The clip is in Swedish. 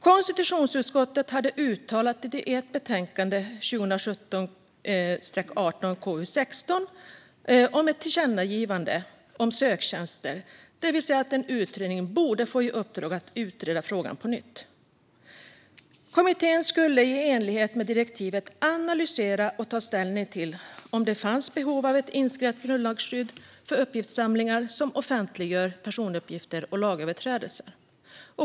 Konstitutionsutskottet hade i ett tillkännagivande om söktjänster i betänkande 2017/18:KU16 uttalat att en utredning borde få i uppdrag att utreda frågan på nytt. Kommittén skulle i enlighet med direktivet analysera och ta ställning till om det fanns behov av ett inskränkt grundlagsskydd för uppgiftssamlingar som offentliggör personuppgifter om lagöverträdelser.